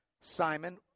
Simon